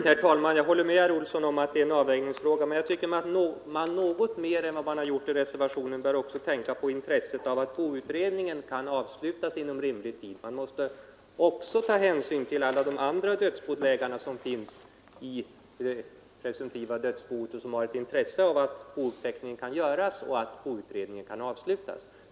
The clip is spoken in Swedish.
Herr talman! Jag håller med herr Olsson i Sundsvall om att detta är en avvägningsfråga. Men jag tycker att man något mer än vad reservanterna gjort bör tänka på intresset av att boutredningen kan avslutas inom rimlig tid. Man måste ta hänsyn till alla de andra dödsbodelägarna som har ett intresse av att boutredningen kan avslutas utan att alltför lång tid går.